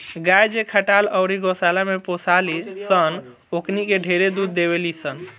गाय जे खटाल अउरी गौशाला में पोसाली सन ओकनी के ढेरे दूध देवेली सन